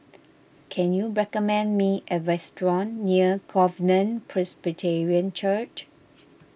can you recommend me a restaurant near Covenant Presbyterian Church